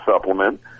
supplement